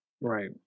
Right